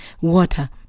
water